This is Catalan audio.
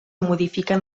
modifiquen